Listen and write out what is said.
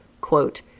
quote